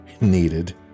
needed